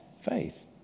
faith